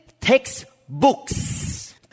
textbooks